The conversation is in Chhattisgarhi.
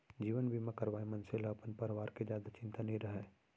जीवन बीमा करवाए मनसे ल अपन परवार के जादा चिंता नइ रहय